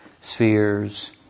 spheres